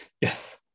yes